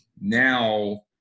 Now –